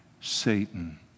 Satan